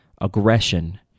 aggression